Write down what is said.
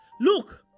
Look